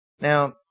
Now